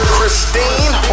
Christine